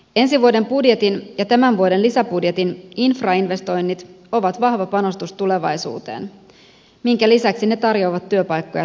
ensi vuoden budjetin ja tämän vuoden lisäbudjetin infrainvestoinnit ovat vahva panostus tulevaisuuteen minkä lisäksi ne tarjoavat työpaikkoja tuhansille